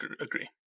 agree